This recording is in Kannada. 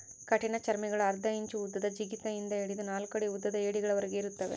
ಕಠಿಣಚರ್ಮಿಗುಳು ಅರ್ಧ ಇಂಚು ಉದ್ದದ ಜಿಗಿತ ಇಂದ ಹಿಡಿದು ನಾಲ್ಕು ಅಡಿ ಉದ್ದದ ಏಡಿಗಳವರೆಗೆ ಇರುತ್ತವೆ